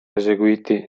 eseguiti